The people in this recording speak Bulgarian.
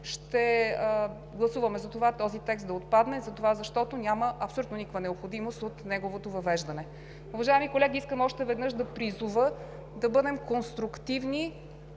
ще гласуваме този текст да отпадне, защото няма абсолютно никаква необходимост от неговото въвеждане. Уважаеми колеги, искам още веднъж да призова да бъдем конструктивни,